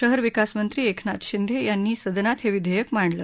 शहर विकासमंत्री एकनाथ शिंदे यांनी सदनात हे विधेयक मांडलं